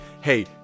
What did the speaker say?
hey